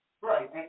Right